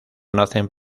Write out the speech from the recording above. nacen